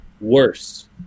worse